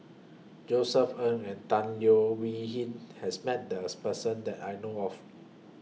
Josef Ng and Tan Leo Wee Hin has Met This Person that I know of